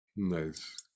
nice